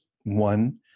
One